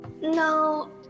No